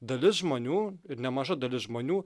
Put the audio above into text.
dalis žmonių ir nemaža dalis žmonių